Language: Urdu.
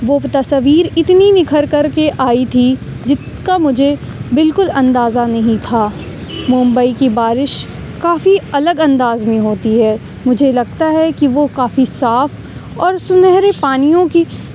وہ تصویر اتنی نکھر کر کے آئی تھی جس کا مجھے بالکل اندازہ نہیں تھا ممبئی کی بارش کافی الگ انداز میں ہوتی ہے مجھے لگتا ہے کہ وہ کافی صاف اور سنہرے پانیوں کی